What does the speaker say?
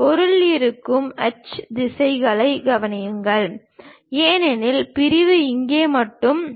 பொருள் இருக்கும் ஹட்ச் திசைகளைக் கவனியுங்கள் ஏனெனில் பிரிவு இங்கே மட்டுமே